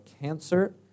cancer